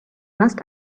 must